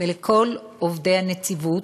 ולכל עובדי הנציבות,